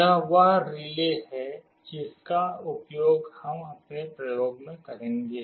यह वह रिले है जिसका उपयोग हम अपने प्रयोग में करेंगे